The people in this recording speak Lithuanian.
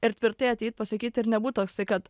ir tvirtai ateit pasakyt ir nebūt toksai kad